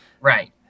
Right